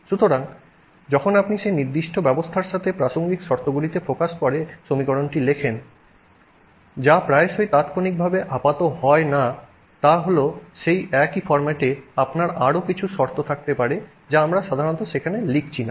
সুতরাং যখন আপনি সেই নির্দিষ্ট ব্যবস্থার সাথে প্রাসঙ্গিক শর্তগুলিতে ফোকাস করে সমীকরণটি লেখেন যা প্রায়শই তাৎক্ষণিকভাবে আপাত হয় না তা হল সেই একই ফর্ম্যাটে আপনার আরও কিছু শর্ত থাকতে পারে যা আমরা সাধারণত সেখানে লিখছি না